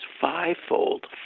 fivefold